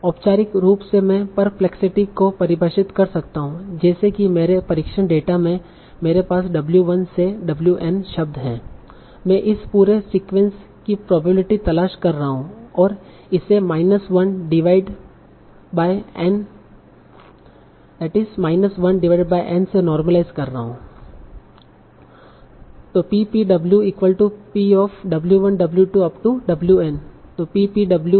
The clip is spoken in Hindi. औपचारिक रूप से मैं परप्लेक्सिटी को परिभाषित कर सकता हूं जैसे कि मेरे परीक्षण डेटा में मेरे पास w1 से wN शब्द है मैं इस पूरे सीक्वेंस की प्रोबेबिलिटी तलाश रहा हूं और इसे 1 डिवाइड बाय N 1N से नोर्मलाइज कर रहा हूं